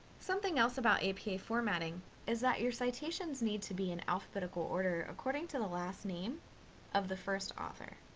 something else about apa formatting is that your citations need to be in alphabetical order according to the last name of the first author.